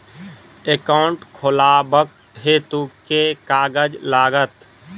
Account खोलाबक हेतु केँ कागज लागत?